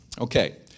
Okay